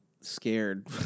scared